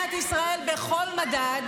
במדינת ישראל בכל מדד?